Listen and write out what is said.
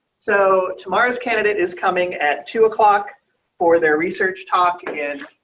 so tomorrow's candidate is coming at two o'clock for their research talk again.